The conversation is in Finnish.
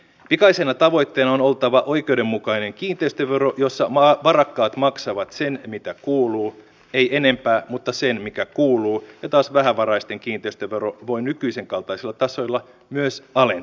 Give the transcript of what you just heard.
pikaisena tavoitteena on oltava oikeudenmukainen kiinteistövero jossa varakkaat maksavat sen mitä kuuluu ei enempää mutta sen mikä kuuluu ja taas vähävaraisten kiinteistövero voi nykyisenkaltaisilla tasoilla myös alentua